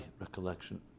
recollection